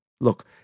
Look